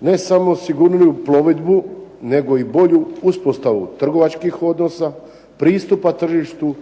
ne samo sigurniju plovidbu nego i bolju uspostavu trgovačkih odnosa, pristupa tržištu